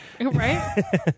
right